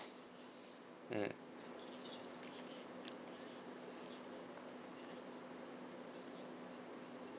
mm